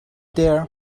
there